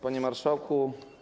Panie Marszałku!